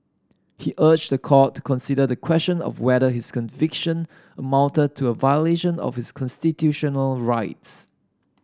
he urged the court to consider the question of whether his conviction amounted to a violation of his constitutional rights